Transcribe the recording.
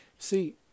See